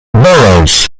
burrows